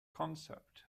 concept